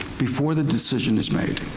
before the decision is made.